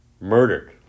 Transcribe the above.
murdered